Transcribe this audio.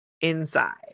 inside